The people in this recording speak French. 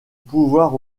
pouvoir